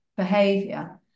Behavior